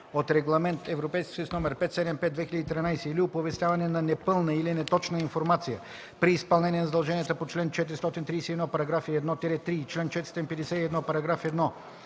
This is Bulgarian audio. от Регламент (ЕС) № 575/2013 или оповестяване на непълна или неточна информация при изпълнение на задълженията по чл. 431, параграфи 1-3 и чл. 451, параграф 1